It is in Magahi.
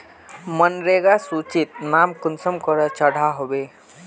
मनरेगा सूचित नाम कुंसम करे चढ़ो होबे?